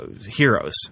heroes